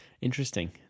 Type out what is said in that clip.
interesting